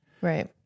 Right